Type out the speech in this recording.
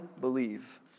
believe